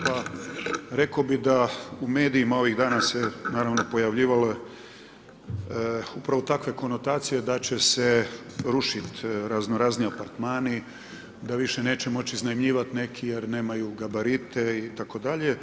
Pa rekao bih da u medijima ovih dana se naravno, pojavljivalo upravo takve konotacije da će se rušiti razno-razni apartmani, da više neće moći iznajmljivati neki jer nemaju gabarite itd.